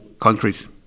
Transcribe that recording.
countries